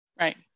Right